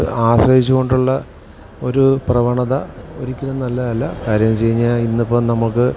ആഗ്രഹിച്ച് കൊണ്ടുള്ള ഒരു പ്രവണത ഒരിക്കലും നല്ലതല്ല കാര്യംന്നെച്ച് കഴിഞ്ഞാൽ ഇന്നിപ്പം നമുക്ക്